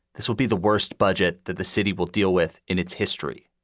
this will be the worst budget that the city will deal with in its history.